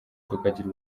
tukagira